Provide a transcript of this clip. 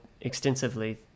extensively